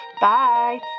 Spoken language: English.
Bye